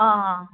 आं